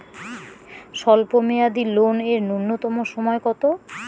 স্বল্প মেয়াদী লোন এর নূন্যতম সময় কতো?